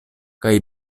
kaj